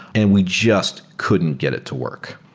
and we just couldn't get it to work.